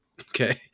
Okay